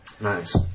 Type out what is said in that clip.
Nice